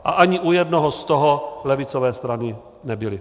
A ani u jednoho z toho levicové strany nebyly.